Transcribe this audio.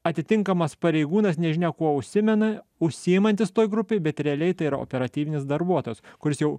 atitinkamas pareigūnas nežinia kuo užsimena užsiimantis toj grupėj bet realiai tai yra operatyvinis darbuotojas kuris jau